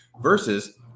versus